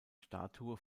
statue